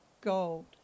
gold